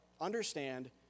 understand